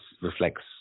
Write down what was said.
reflects